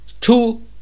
Two